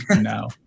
no